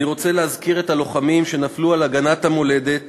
אני רוצה להזכיר את הלוחמים שנפלו על הגנת המולדת